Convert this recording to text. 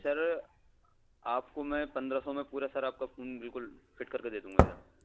سر آپ کو میں پندرہ سو میں پورا سر آپ کا فون بالکل فٹ کر کے دے دوں گا